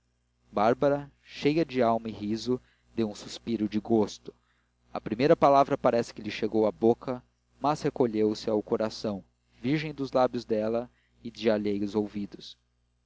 bárbara cheia de alma e riso deu um respiro de gosto a primeira palavra parece que lhe chegou à boca mas recolheu-se ao coração virgem dos lábios dela e de alheios ouvidos